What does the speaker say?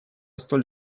столь